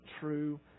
true